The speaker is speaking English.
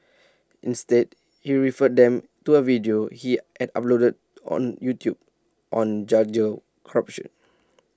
instead he referred them to A video he had uploaded on YouTube on corruption